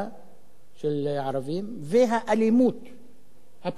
של ערבים, והאלימות הפנימית.